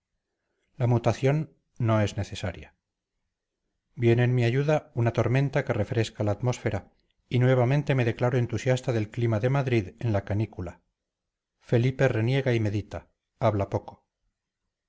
la mutación no es necesaria viene en mi ayuda una tormenta que refresca la atmósfera y nuevamente me declaro entusiasta del clima de madrid en la canícula felipe reniega y medita habla poco